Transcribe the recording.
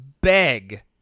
beg